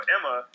Emma